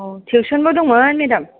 औ टिउसन बो दंमोन मेदाम